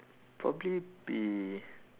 probably be